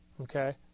Okay